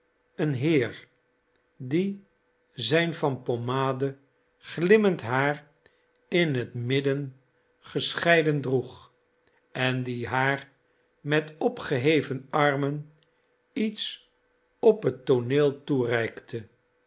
een heer die zijn van pommade glimmend haar in het midden gescheiden droeg en die haar met opgeheven armen iets op het tooneel toereikte